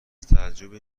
تعجبی